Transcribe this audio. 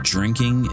Drinking